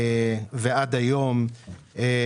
ועד היום לוחמת.